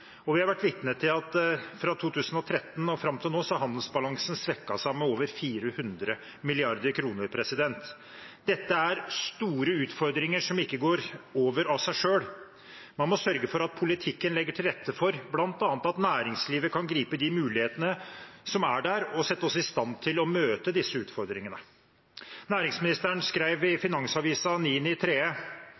og vi har vært vitne til at handelsbalansen er blitt svekket med over 400 mrd. kr fra 2013 fram til nå. Dette er store utfordringer, som ikke går over av seg selv. Man må sørge for at politikken legger til rette for bl.a. at næringslivet kan gripe de mulighetene som er der, og sette oss i stand til å møte disse utfordringene. Næringsministeren skrev i